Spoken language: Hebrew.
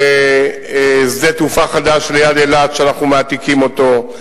על שדה תעופה חדש ליד אילת שאנחנו מעתיקים אותו,